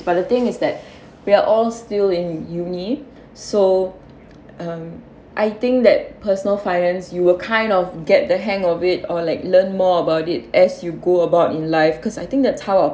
but the thing is that we are all still in uni so um I think that personal finance you will kind of get the hang of it or like learn more about it as you go about in life because I think that's how our